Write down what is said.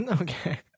Okay